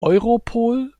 europol